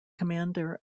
commander